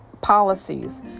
policies